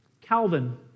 Calvin